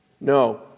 No